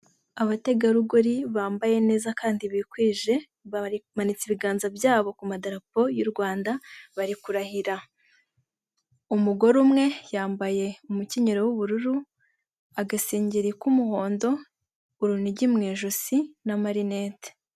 Abategarugori bambaye neza kandi bikwije bari bamanitse ibiganza byabo ku madarapo y'u Rwanda bari kurahira, umugore umwe yambaye umukenyero w'ubururu, agasengeri k'umuhondo, urunigi mu ijosi na amarinete.